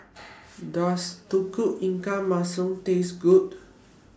Does Tauge Ikan Masin Taste Good